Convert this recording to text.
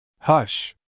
Hush